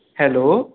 hello